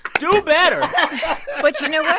do better but you know what?